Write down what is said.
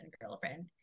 girlfriend